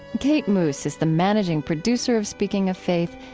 kate moos is the managing producer of speaking of faith.